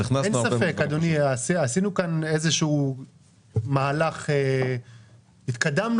אין ספק שעשינו כאן איזשהו מהלך והתקדמנו